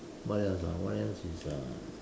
what else ah what else is uh